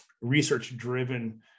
research-driven